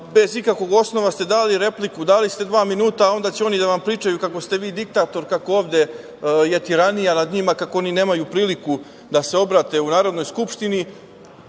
bez ikakvog osnova ste dali repliku. Dali ste dva minuta, a onda će oni da pričaju kako ste vi diktator, kako je ovde tiranija nad njima, kako oni nemaju priliku da se obrate u Narodnoj skupštini,